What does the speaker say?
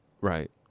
Right